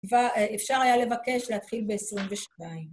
אפשר היה לבקש להתחיל ב-22.